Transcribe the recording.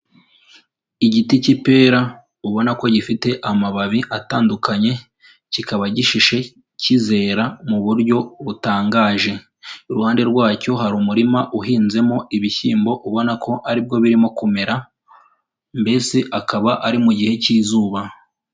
Igiti k'ipera ubona ko gifite amababi atandukanye kikaba gishishe kizera mu buryo butangaje, iruhande rwacyo hari umurima uhinzemo ibishyimbo ubona ko ari bwo birimo kumera mbese akaba ari mu gihe k'izuba.